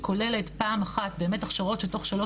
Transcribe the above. שכוללת פעם אחת באמת הכשרות שתוך שלוש